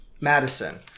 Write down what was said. Madison